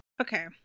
Okay